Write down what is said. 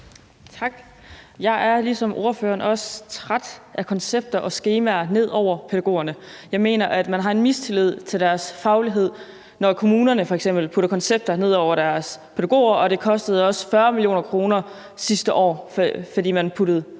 Tak. Jeg er ligesom ordføreren også træt af koncepter og skemaer lagt ned over pædagogerne. Jeg mener, at man har en mistillid til pædagogernes faglighed, når kommunerne f.eks. putter koncepter ned over pædagogerne, og det kostede også 40 mio. kr. sidste år, fordi man puttede så mange